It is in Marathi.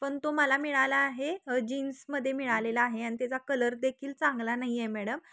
पण मला मिळाला आहे जीन्समध्ये मिळालेला आहे आणि त्याचा कलर देखील चांगला नाही आहे मॅडम